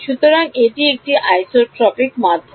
সুতরাং এটি একটি আইসোট্রপিক মাধ্যম